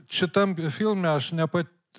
šitam filme aš nepat